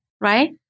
Right